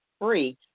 free